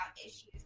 issues